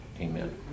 Amen